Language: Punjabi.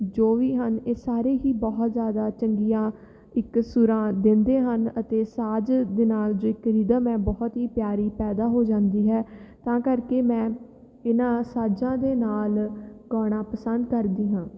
ਜੋ ਵੀ ਹਨ ਇਹ ਸਾਰੇ ਹੀ ਬਹੁਤ ਜ਼ਿਆਦਾ ਚੰਗੀਆਂ ਇੱਕ ਸੁਰਾਂ ਦਿੰਦੇ ਹਨ ਅਤੇ ਸਾਜ਼ ਦੇ ਨਾਲ ਜੋ ਇੱਕ ਰਿਦਮ ਹੈ ਬਹੁਤ ਹੀ ਪਿਆਰੀ ਪੈਦਾ ਹੋ ਜਾਂਦੀ ਹੈ ਤਾਂ ਕਰਕੇ ਮੈਂ ਇਹਨਾਂ ਸਾਜ਼ਾਂ ਦੇ ਨਾਲ ਗਾਉਣਾ ਪਸੰਦ ਕਰਦੀ ਹਾਂ